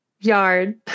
Yard